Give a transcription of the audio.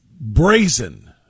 brazen